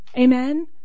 Amen